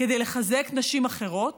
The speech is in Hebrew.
כדי לחזק נשים אחרות,